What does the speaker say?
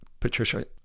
Patricia